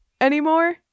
anymore